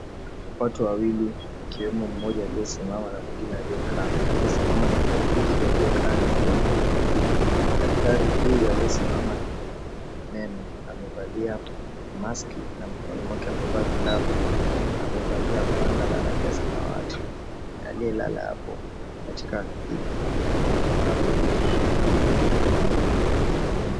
Watu wawili akiwemo mmoja aliyesimama na mwingine aliyekaa. Aliyesimama ni muuguzi aliyekaa ni mgonjwa. Daktari huyu aliyesimama ni wa kiume. Amevalia maski na mkononi mwake amevaa glavu. Amevalia gwanda la rangi ya samawati. Aliyelala hapo katika kiti cha mgonjwa.